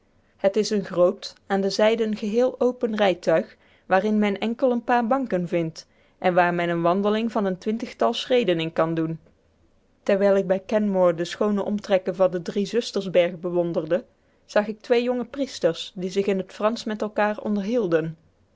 het is een groot aan de zijden geheel open rijtuig waarin men enkel een paar banken vindt en waar men een wandeling van een twintigtal schreden in kan doen terwijl ik bij canmore de schoone omtrekken van den drie zusters berg bewonderde zag ik twee jonge priesters die zich in het fransch met elkaar